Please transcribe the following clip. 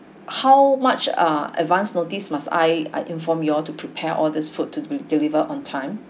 how much uh advanced notice must I I inform you all to prepare all this food to be delivered on time